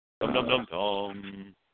Dum-dum-dum-dum